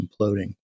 imploding